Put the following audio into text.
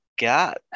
got